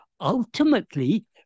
ultimately